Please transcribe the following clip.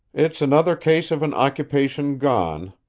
it's another case of an occupation gone,